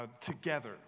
together